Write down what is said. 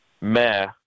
meh